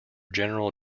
general